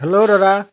hello দাদা